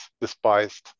despised